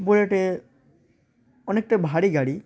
bullet অনেকটা ভারী গাড়ি